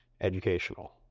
educational